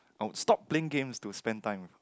I will stop playing games to spend time